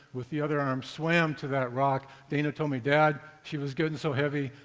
with the other arm swam to that rock, dana told me, dad, she was getting so heavy,